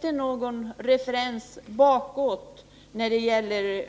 sådana erfarenheter.